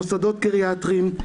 מוסדות גריאטריים.